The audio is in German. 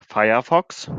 firefox